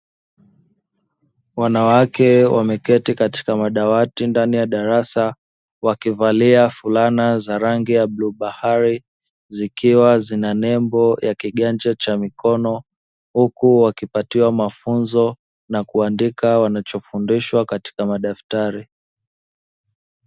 Wanawake wameketi katika madawati ndani ya darasa wakivalia fulana za rangi ya bluu bahari zikiwa zina nembo ya kiganja cha mikono, huku wakipatiwa mafunzo na kuandika wanachofundishwa katika madaftari.